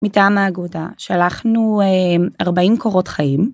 מטעם האגודה שלחנו 40 קורות חיים.